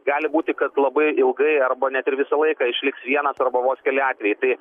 gali būti kad labai ilgai arba net ir visą laiką išliks vienas arba vos keli atvejai tai